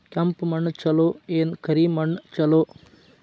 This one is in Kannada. ಕೆಂಪ ಮಣ್ಣ ಛಲೋ ಏನ್ ಕರಿ ಮಣ್ಣ ಛಲೋ?